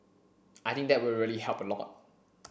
I think that will really help a lot